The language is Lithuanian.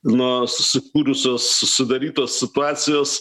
nuo sukūrusios sudarytos situacijos